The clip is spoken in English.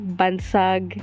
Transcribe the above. bansag